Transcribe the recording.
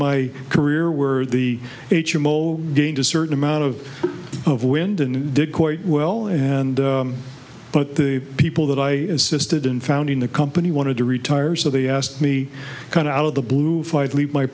my career where the h m o gained a certain amount of of wind and did quite well and but the people that i assisted in founding the company wanted to retire so they asked me kind of out of the blue